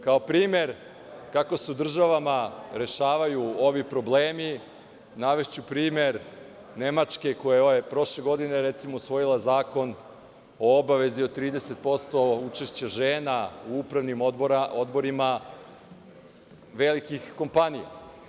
Kao primer kako se u državama rešavaju ovi problemi navešću primer Nemačke, koja je prošle godine, recimo, usvojila zakon o obavezi od 30% učešća žena u upravnim odborima velikih kompanija.